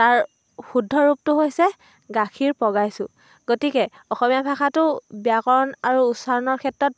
তাৰ শুদ্ধ ৰূপটো হৈছে গাখীৰ পগাইছোঁ গতিকে অসমীয়া ভাষাটো ব্যাকৰণ আৰু উচ্চাৰণৰ ক্ষেত্ৰত